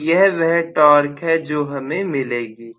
तो यह वह टॉर्क है जो हमें मिलेगी